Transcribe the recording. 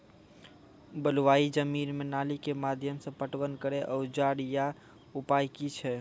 बलूआही जमीन मे नाली के माध्यम से पटवन करै औजार या उपाय की छै?